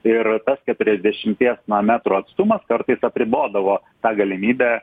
ir tas keturiasdešimties na metrų atstumas kartais apribodavo tą galimybę